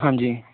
ਹਾਂਜੀ